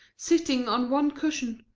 sitting on one cushion,